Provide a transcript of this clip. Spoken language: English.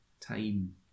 time